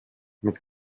mit